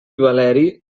valeri